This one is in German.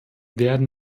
werden